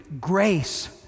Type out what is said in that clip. grace